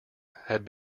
had